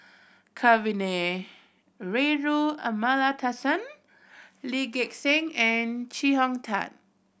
Kavignareru Amallathasan Lee Gek Seng and Chee Hong Tat